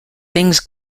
things